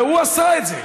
והוא עשה את זה,